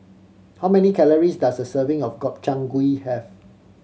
how many calories does a serving of Gobchang Gui have